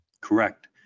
Correct